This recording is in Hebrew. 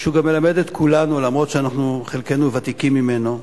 שהוא מלמד את כולנו, למרות שחלקנו ותיקים ממנו,